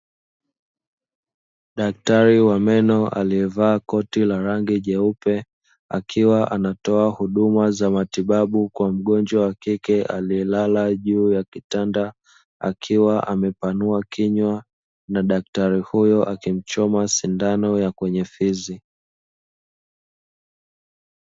Daktari wa meno aliyevaa koti la rangi jeupe, akiwa anatoa huduma za matibabu kwa mgonjwa wa kike aliyelala juu ya kitanda, akiwa amepanua kinywa, na daktari huyo akimchoma sindano ya kwenye fizi.